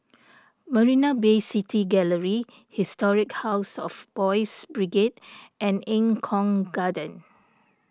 Marina Bay City Gallery Historic House of Boys' Brigade and Eng Kong Garden